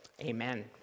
Amen